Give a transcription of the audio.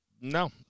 No